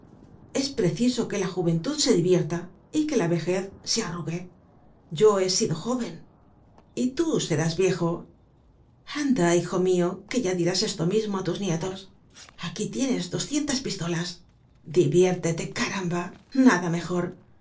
es preciso que la juventud se divierta y que la vejez se arrugue yo he sido jóven content from google book search generated at y tú serás viejo anda hijo mio que ya dirás esto mismo á tus nietos aquí tienes doscientas pistolas diviértete caramba nada mejor